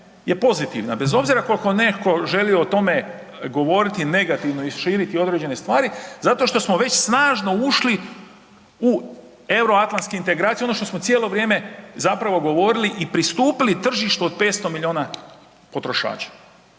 je pozitivna bez obzira koliko netko želio o tome govoriti negativno i širiti određene stvari zato što smo već snažno ušli u euroatlanske integracije ono što smo cijelo vrijeme zapravo govorili i pristupili tržištu od 500 miliona potrošača.